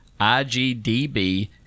IGDB